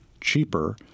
cheaper